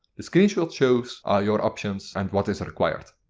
the screenshots show so ah your options and what is required.